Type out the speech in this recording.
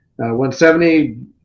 170